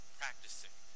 practicing